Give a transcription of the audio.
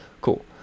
Cool